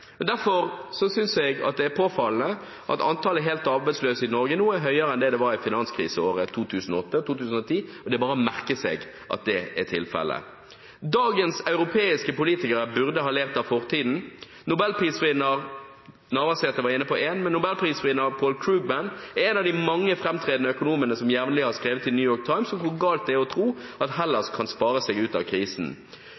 Derfor synes jeg det er påfallende at antallet helt arbeidsløse i Norge nå er høyere enn det var i finanskriseårene 2008–2010. Det er bare å merke seg at det er tilfellet. Dagens europeiske politikere burde ha lært av fortiden. Navarsete var inne på én. Nobelprisvinner Paul Krugman er en av de mange framtredende økonomene som jevnlig har skrevet i New York Times om hvor galt det er å tro at Hellas kan spare seg ut av krisen.